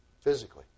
physically